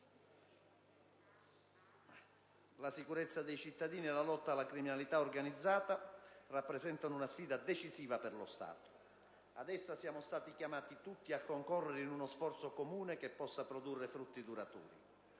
la sicurezza dei cittadini e la lotta alla criminalità organizzata rappresentano sfide decisive per lo Stato. Ad esse siamo chiamati tutti a concorrere, in uno sforzo comune che possa produrre frutti duraturi.